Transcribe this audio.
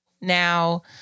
Now